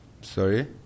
Sorry